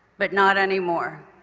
but not anymore.